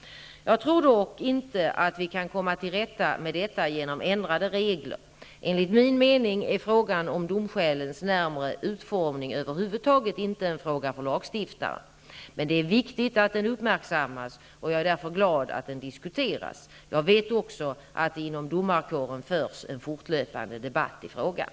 Jag tror dock inte att vi kan komma till rätta med detta genom ändrade regler. Enligt min mening är frågan om domskälens närmare utformning över huvud taget inte en fråga för lagstiftaren. Men det är viktigt att den uppmärksammas, och jag är därför glad att den diskuteras. Jag vet också att det inom domarkåren förs en fortlöpande debatt i frågan.